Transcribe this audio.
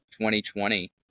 2020